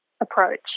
approach